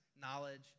knowledge